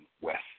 West